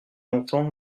longtemps